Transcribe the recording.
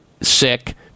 sick